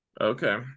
okay